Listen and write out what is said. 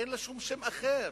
אין לה שום שם אחר.